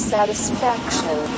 Satisfaction